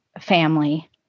family